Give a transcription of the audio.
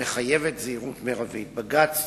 מחייבת זהירות מרבית" בג"ץ